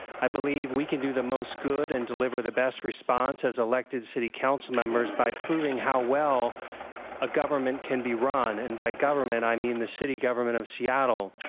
i believe we can do the most good and deliver the most response as elected city council members by proving how well a government can be run, and by government, i mean the city government of seattle.